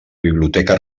biblioteca